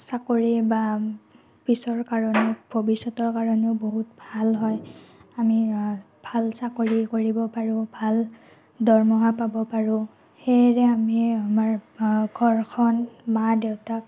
চাকৰি বা পিছৰ কাৰণে ভৱিষ্যতৰ কাৰণেও বহুত ভাল হয় আমি ভাল চাকৰি কৰিব পাৰোঁ ভাল দৰমহা পাব পাৰোঁ সেয়েৰে আমি আমাৰ ঘৰখন মা দেউতাক